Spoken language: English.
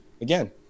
Again